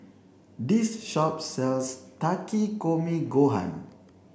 this shop sells Takikomi Gohan